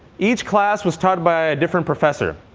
each class was taught by a different professor.